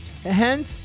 Hence